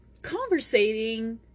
conversating